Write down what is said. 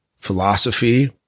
philosophy